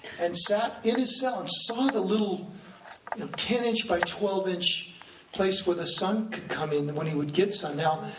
and sat in his cell and saw the little and um ten inch by twelve inch place where the sun could come in, when he would get sun. now,